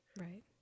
Right